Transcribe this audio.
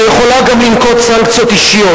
שיכולה גם לנקוט סנקציות אישיות.